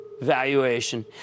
valuation